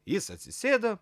jis atsisėdo